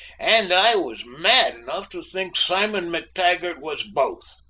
and i was mad enough to think simon mac-taggart was both.